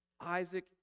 Isaac